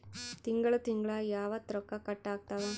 ತಿಂಗಳ ತಿಂಗ್ಳ ಯಾವತ್ತ ರೊಕ್ಕ ಕಟ್ ಆಗ್ತಾವ?